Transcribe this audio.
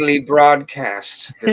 broadcast